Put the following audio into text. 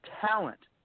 talent